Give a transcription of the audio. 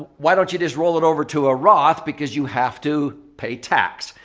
why don't you just roll it over to a roth because you have to pay tax?